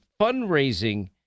fundraising